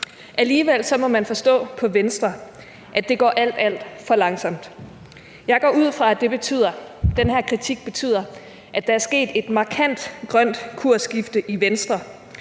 Alligevel må man forstå på Venstre, at det går alt, alt for langsomt. Jeg går ud fra, at den her kritik betyder, at der er sket et markant grønt kursskifte i Venstre,